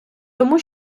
тому